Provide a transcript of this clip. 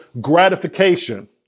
gratification